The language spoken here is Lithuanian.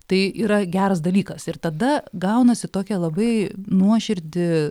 tai yra geras dalykas ir tada gaunasi tokia labai nuoširdi